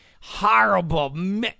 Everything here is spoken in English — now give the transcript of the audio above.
horrible